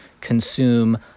consume